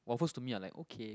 waffles to me are like okay